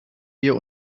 wir